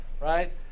Right